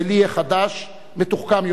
הישראלי החדש מתוחכם יותר,